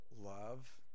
love